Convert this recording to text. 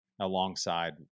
alongside